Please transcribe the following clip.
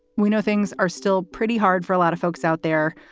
we know things are still pretty hard for a lot of folks out there.